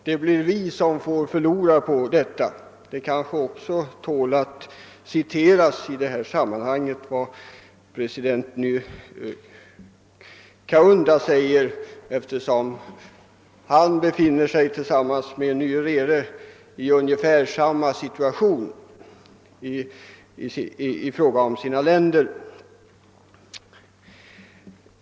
Det blir vi som förlorar på detta. Det kanske tål att citera vad president Kaunda sade, eftersom hans land befinner sig i ungefär samma situation som Nyereres land.